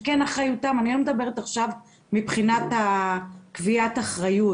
אני לא מדברת עכשיו מבחינת קביעת אחריות,